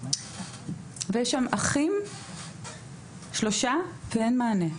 ויש שם שלושה אחים ואין מענה.